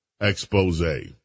expose